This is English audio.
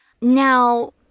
Now